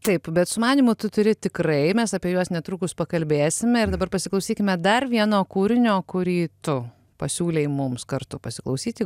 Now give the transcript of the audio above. taip bet sumanymų tu turi tikrai mes apie juos netrukus pakalbėsime ir dabar pasiklausykime dar vieno kūrinio kurį tu pasiūlei mums kartu pasiklausyti